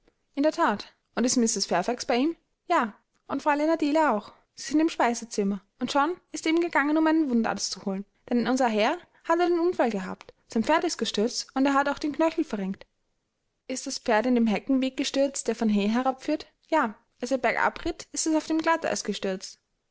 in der that und ist mrs fairfax bei ihm ja und fräulein adele auch sie sind im speisezimmer und john ist eben gegangen um einen wundarzt zu holen denn unser herr hat einen unfall gehabt sein pferd ist gestürzt und er hat sich den knöchel verrenkt ist das pferd in dem heckenweg gestürzt der von hay herabführt ja als er bergab ritt ist es auf dem glatteise